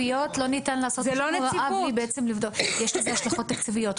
יש לזה השלכות תקציביות.